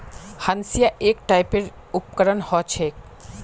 हंसिआ एक टाइपेर उपकरण ह छेक